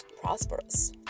prosperous